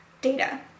data